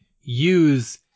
use –